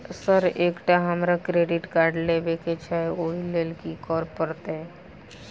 Sir एकटा हमरा credit card लेबकै छैय ओई लैल की करऽ परतै?